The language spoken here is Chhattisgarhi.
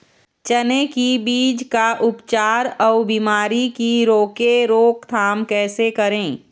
चने की बीज का उपचार अउ बीमारी की रोके रोकथाम कैसे करें?